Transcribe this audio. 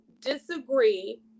disagree